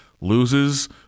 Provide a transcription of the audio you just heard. loses